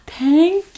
Thank